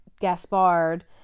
Gaspard